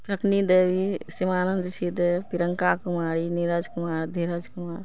रश्मी देवी शिमानन्द छिदे प्रियंका कुमारी निरज कुमार धीरज कुमार